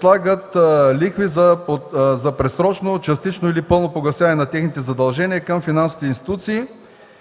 Слагат се лихви за предсрочно, частично или пълно погасяване на техните задължения към финансовите институции,